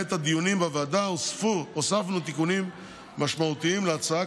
בעת הדיונים בוועדה הוספנו תיקונים משמעותיים להצעה,